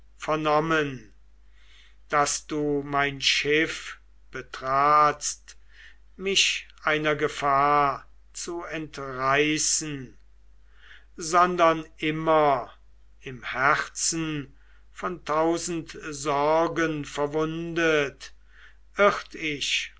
vernommen daß du mein schiff betratst mich einer gefahr zu entreißen sondern immer im herzen von tausend sorgen verwundet irrt ich